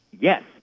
yes